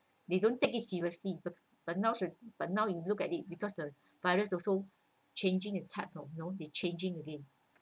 they don't take it seriously but but now should but now you look at it because the virus also changing its types you know they changing again